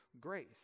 grace